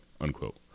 unquote